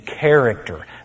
character